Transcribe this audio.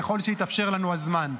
ככל שיאפשר לנו הזמן.